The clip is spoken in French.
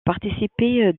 participé